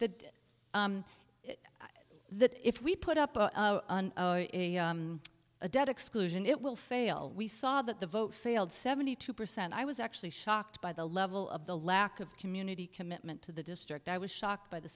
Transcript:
that is that if we put up a debt exclusion it will fail we saw that the vote failed seventy two percent i was actually shocked by the level of the lack of community commitment to the district i was shocked by the